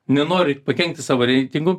nenori pakenkti savo reitingų